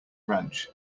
ranch